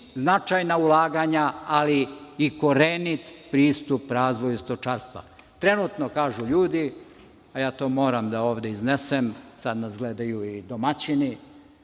značajna ulaganja, ali i korenit pristup razvoju stočarstva. Trenutno, kažu ljudi, a ja to moram ovde da iznesem, a sad nas gledaju i domaćini,